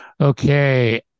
okay